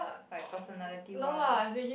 like personality wise